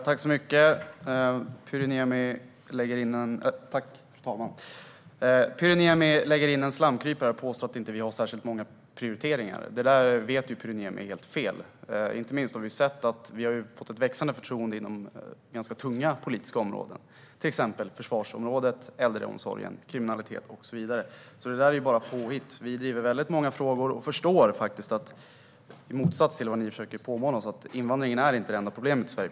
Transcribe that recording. Fru talman! Pyry Niemi lägger in en slamkrypare och påstår att vi inte har särskilt många prioriteringar. Det vet Pyry Niemi är helt fel. Inte minst har vi fått ett växande förtroende inom ganska tunga politiska områden, till exempel försvaret, äldreomsorgen, kriminaliteten och så vidare. Det där är alltså bara påhitt. Vi driver väldigt många frågor och förstår faktiskt, i motsats till vad ni försöker påmåla oss, att invandringen inte är det enda problemet i Sverige.